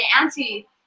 Auntie